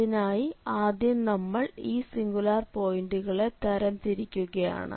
അതിനായി ആദ്യം നമ്മൾ ഈ സിംഗുലാർ പോയിന്റുകളെ തരംതിരിക്കുകയാണ്